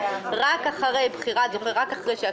בעקבות אותה פנייה,